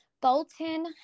Bolton